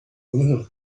little